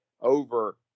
over